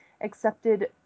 accepted